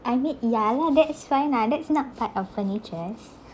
I mean ya lah that's fine lah that's not part of furnitures